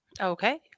Okay